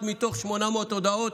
מתוך כמעט 800 הודעות,